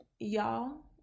Y'all